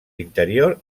interior